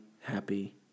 happy